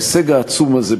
על ההישג העצום הזה,